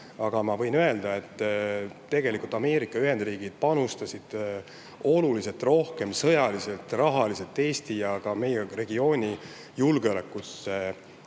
aga ma võin öelda, et tegelikult Ameerika Ühendriigid panustasid sõjaliselt, rahaliselt Eesti ja meie regiooni julgeolekusse